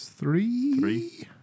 Three